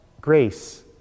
grace